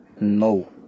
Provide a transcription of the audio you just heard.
No